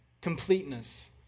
completeness